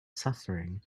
suffering